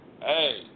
hey